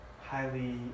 highly